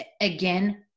again